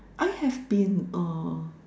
I have been